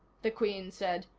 the queen said.